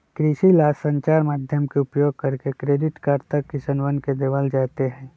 कृषि ला संचार माध्यम के उपयोग करके क्रेडिट कार्ड तक किसनवन के देवल जयते हई